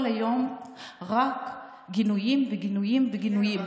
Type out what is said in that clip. היום רק גינויים וגינויים וגינויים,